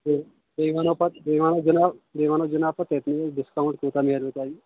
بیٚیہِ بیٚیہِ وَنو پَتہٕ بیٚیہِ وَنو جِناب بیٚیہِ وَنو جِناب پَتہٕ تٔتۍنٕے ڈِسکوُنٛٹ کوٗتاہ میلوٕ تۄہہِ